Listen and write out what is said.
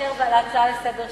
להצעה לסדר שלי.